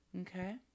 Okay